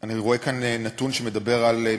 אני רואה כאן נתון שמדבר על,